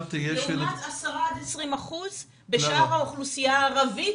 לעומת 10%-20% מהאוכלוסייה הערבית